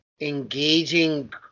engaging